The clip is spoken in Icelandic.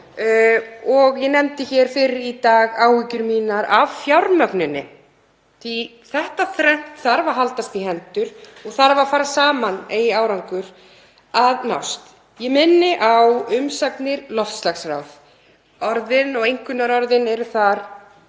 Ég nefndi hér fyrr í dag áhyggjur mínar af fjármögnuninni því þetta þrennt þarf að haldast í hendur og þarf að fara saman eigi árangur að nást. Ég minni á umsagnir loftslagsráðs og einkunnarorðin þar